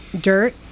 dirt